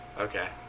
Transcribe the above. okay